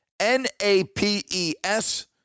N-A-P-E-S